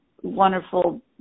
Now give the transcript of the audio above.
wonderful